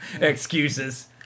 excuses